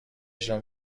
اجرا